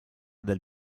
del